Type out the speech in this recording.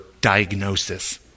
diagnosis